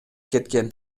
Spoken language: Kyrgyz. кеткен